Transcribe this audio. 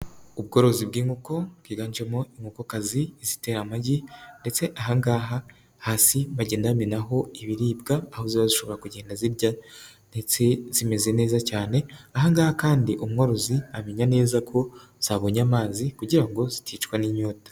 Ubworozi bw'inkoko, bwiganjemo inkokokazi, izitera amagi ndetse ahangaha hasi bagenda bamenaho ibiribwa, aho za zishobora kugenda zibya ndetse zimeze neza cyane, ahangaha kandi umworozi amenya neza ko zabonye amazi kugira ngo ziticwa n'inyota.